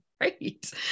Great